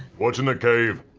what's in the cave?